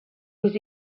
was